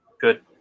Good